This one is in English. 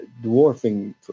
dwarfing